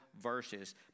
verses